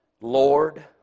Lord